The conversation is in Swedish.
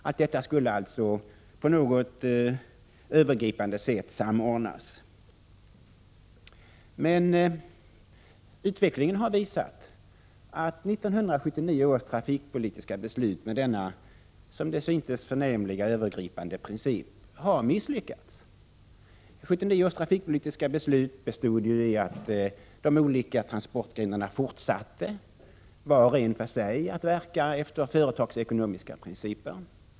Allt detta skulle på något övergripande sätt samordnas. Men utvecklingen har visat att 1979 års trafikpolitiska beslut, grundat på denna som det syntes förnämliga övergripande princip, var misslyckat. 1979 års beslut bestod i att de olika transportgrupperna fortsatte, var och en för sig, att verka efter företagsekonomiska principer.